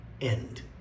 end